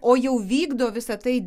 o jau vykdo visa tai